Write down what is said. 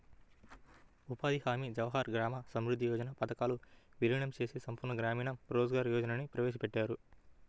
ఉపాధి హామీ, జవహర్ గ్రామ సమృద్ధి యోజన పథకాలను వీలీనం చేసి సంపూర్ణ గ్రామీణ రోజ్గార్ యోజనని ప్రవేశపెట్టారు